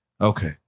Okay